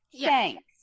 thanks